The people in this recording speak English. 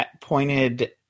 pointed